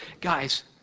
guys